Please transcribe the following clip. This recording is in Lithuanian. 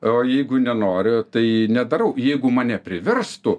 o jeigu nenoriu tai nedarau jeigu mane priverstų